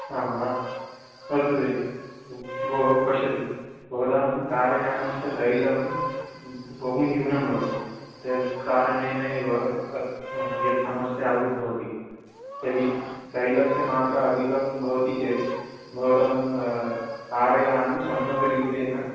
आं वा अस्तु तर्हि भोः भोः पश्यतु भवतां कारयानस्य तैलं बहु न्यूनं भवेत् तत् कारणेन एव अ यत् समस्या उद्भवति यदि तैलस्य मात्रा अधिका भवति चेत् भवतां कारयानं सम्यग् रीत्या